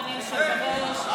אדוני היושב בראש,